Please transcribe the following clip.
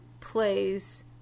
plays